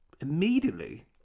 immediately